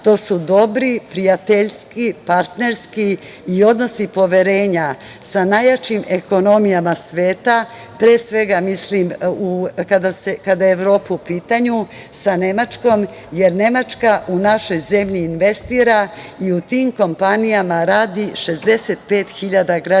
to su dobri prijateljski, partnerski i odnosi poverenja sa najjačim ekonomijama sveta, pre svega mislim, kada je Evropa u pitanju, sa Nemačkom, jer Nemačka u našoj zemlji investira i u tim kompanijama radi 65.000 građana